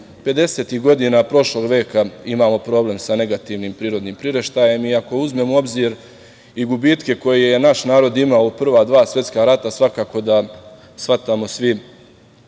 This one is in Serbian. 50-ih godina prošlog veka imamo problem sa negativnim prirodnim priraštajem i ako uzmemo u obzir i gubitke koje naš narod ima u prva dva svetska rata, svakako shvatamo svi